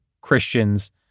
Christians